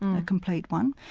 a complete one.